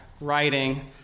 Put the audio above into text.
writing